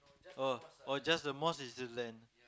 oh oh just the mosque is the land